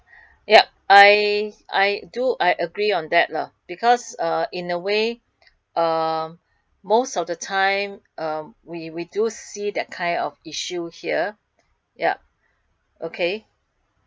yup I I do I agree on lah because uh in a way uh most of the time uh we we do see that kind of issue here yup okay